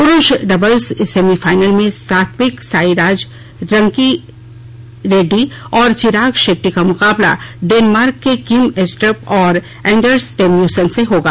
पुरूष doubles semifinals में Satwik Sai Raj Rankireddy और चिराग शेट्टी का मुकाबला डेनमार्क के किम एस्ट्रप और एंडर्स रेम्युसन से होगा